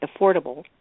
affordable